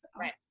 Right